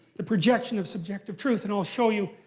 the projection of subjective truth. and i'll show you,